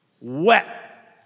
wet